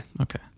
Okay